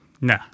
no